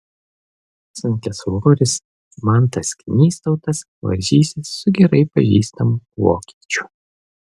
sunkiasvoris mantas knystautas varžysis su gerai pažįstamu vokiečiu